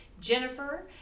Jennifer